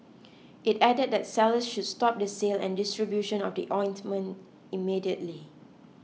it added that sellers should stop the sale and distribution of the ointment immediately